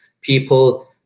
people